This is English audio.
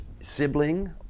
sibling